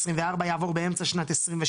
עבור באמצע שנת 23,